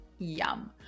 Yum